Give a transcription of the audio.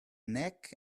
neck